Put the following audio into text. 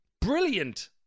brilliant